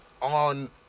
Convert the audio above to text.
on